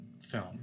film